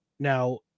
Now